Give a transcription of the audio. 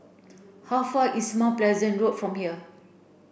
how far is Mount Pleasant Road from here